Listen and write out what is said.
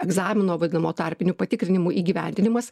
egzamino vadinamo tarpiniu patikrinimu įgyvendinimas